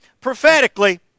prophetically